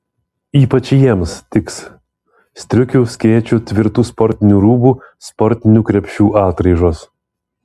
ypač jiems tiks striukių skėčių tvirtų sportinių rūbų sportinių krepšių atraižos